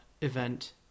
event